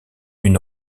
une